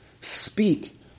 speak